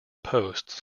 posts